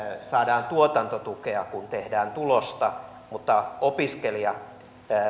saadaan tuotantotukea kun tehdään tulosta mutta opiskelija